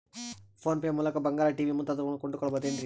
Phone pay ಮೂಲಕ ಬಂಗಾರ, TV ಮುಂತಾದವುಗಳನ್ನ ಕೊಂಡು ಕೊಳ್ಳಬಹುದೇನ್ರಿ?